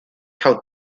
how